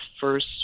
first